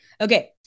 Okay